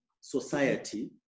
society